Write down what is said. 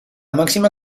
màxima